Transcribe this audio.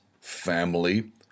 family